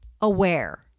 aware